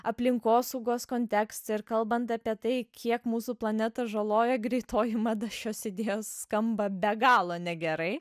aplinkosaugos kontekstą ir kalbant apie tai kiek mūsų planetą žaloja greitoji mada šios idėjos skamba be galo negerai